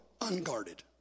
unguarded